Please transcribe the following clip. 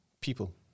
people